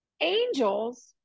angels